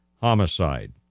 homicide